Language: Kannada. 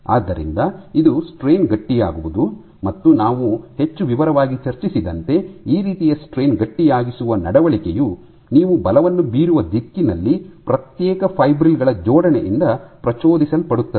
ಆದ್ದರಿಂದ ಇದು ಸ್ಟ್ರೈನ್ ಗಟ್ಟಿಯಾಗುವುದು ಮತ್ತು ನಾವು ಹೆಚ್ಚು ವಿವರವಾಗಿ ಚರ್ಚಿಸಿದಂತೆ ಈ ರೀತಿಯ ಸ್ಟ್ರೈನ್ ಗಟ್ಟಿಯಾಗಿಸುವ ನಡವಳಿಕೆಯು ನೀವು ಬಲವನ್ನು ಬೀರುವ ದಿಕ್ಕಿನಲ್ಲಿ ಪ್ರತ್ಯೇಕ ಫೈಬ್ರಿಲ್ ಗಳ ಜೋಡಣೆಯಿಂದ ಪ್ರಚೋದಿಸಲ್ಪಡುತ್ತದೆ